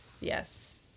Yes